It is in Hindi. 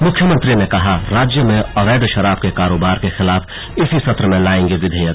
मुख्यमंत्री ने कहा राज्य में अवैध शराब के कारोबार के खिलाफ इसी सत्र में लाएंगे विधेयक